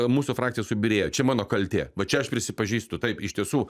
mūsų frakcija subyrėjo čia mano kaltė vat čia aš prisipažįstu taip iš tiesų